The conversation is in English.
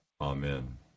Amen